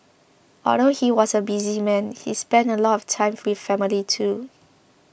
although he was a busy man he spent a lot of time with family too